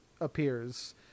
appears